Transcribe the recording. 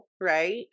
right